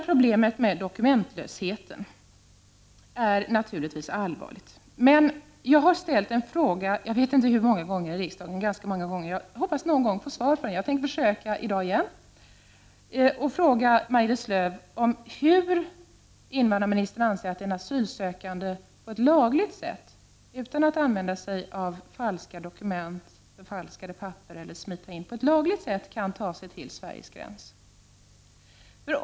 Problemet med dokumentlösheten är naturligtvis allvarligt. Jag ställer en fråga — jag vet inte hur många gånger jag ställt denna fråga men inte fått svar, så jag försöker i dag igen — till invandrarministern: Hur anser invandrarministern att en asylsökande på lagligt sätt utan att använda sig av falska dokument eller förfalskade papper kan ta sig till Sveriges gräns?